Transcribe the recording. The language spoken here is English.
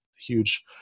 huge